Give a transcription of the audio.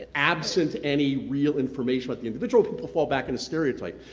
absent any real information about the individual, people fall back into stereotypes.